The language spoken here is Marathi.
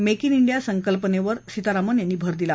मेक उ िडिया संकल्पनेवर सीतारामन यांनी भर दिला